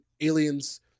aliens